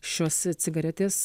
šios cigaretės